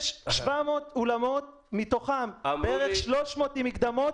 יש 700 אולמות, מתוכם בערך 300 עם מקדמות,